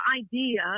idea